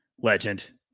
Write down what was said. Legend